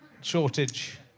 shortage